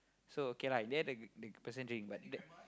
so okay lah and in the end the the person drink but that